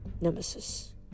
Nemesis